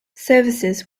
services